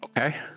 Okay